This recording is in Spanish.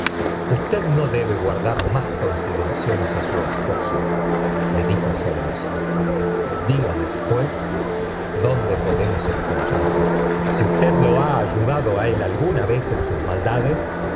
usted no debe guardar nina eniisideracioneb á su esposo le dijo i lobuna idganon pues dónde podemos encontrarlo si usted lo lm ayudado á él alguna vez en sus maldades